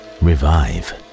revive